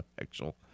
actual